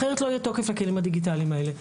אחרת לא יהיה תוקף לכלים הדיגיטליים האלה.